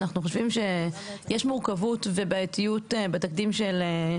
אנחנו חושבים שיש מורכבות ובעייתיות בתקדים של,